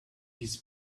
his